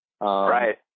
Right